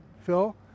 Phil